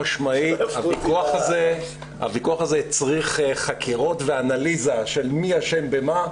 הוויכוח הזה הצריך חקירות ואנליזה של מי אשם במה,